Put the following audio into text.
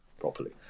properly